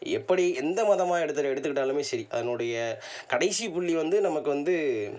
எப்படி எந்த மதமாக எடுத்து எடுத்துக்கிட்டாலுமே சரி அதனுடைய கடைசி புள்ளி வந்து நமக்கு வந்து